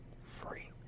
free